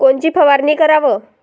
कोनची फवारणी कराव?